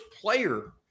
player